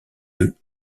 d’eux